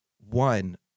one